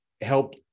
help